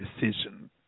decision